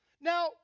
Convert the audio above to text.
Now